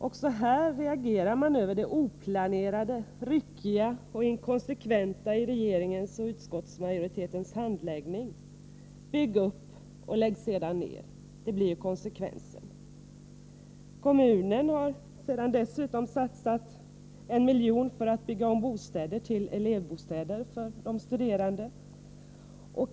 Också här reagerar man över det oplanerade, ryckiga och inkonsekventa i regeringens och utskottsmajoritetens handläggning. ”Bygg upp och lägg sedan ned”, det blir konsekvensen. Kommunen har dessutom satsat 1 milj.kr. för att bygga om bostäder till elevbostäder för de studerande.